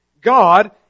God